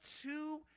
two